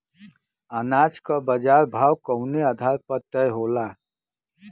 अनाज क बाजार भाव कवने आधार पर तय होला?